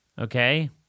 Okay